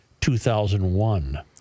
2001